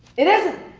it isn't!